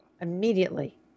immediately